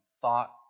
thought